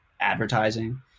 advertising